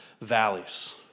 valleys